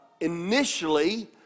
initially